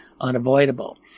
unavoidable